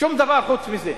שום דבר חוץ מזה.